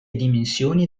dimensioni